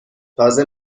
تازه